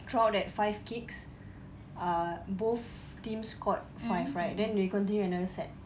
throughout that five kicks uh both teams scored five right then they continue another set